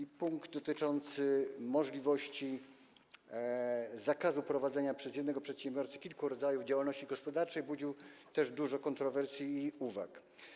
A punkt dotyczący zakazu prowadzenia przez jednego przedsiębiorcę kilku rodzajów działalności gospodarczej budził też dużo kontrowersji i uwag.